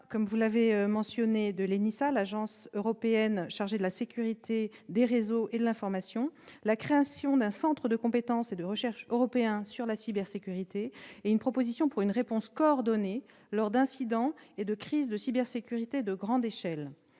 de révision du mandat de l'ENISA, l'Agence européenne chargée de la sécurité des réseaux et de l'information, comme vous l'avez mentionné, la création d'un centre de compétences et de recherche européen sur la cybersécurité, ainsi qu'une proposition pour une réponse coordonnée lors d'incidents et de crises de cybersécurité de grande échelle.